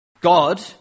God